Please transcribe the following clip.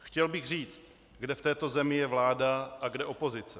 Chtěl bych říct, kde v této zemi je vláda a kde opozice.